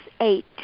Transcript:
eight